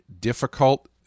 difficult